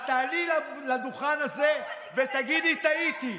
את תעלי לדוכן הזה ותגידי: טעיתי.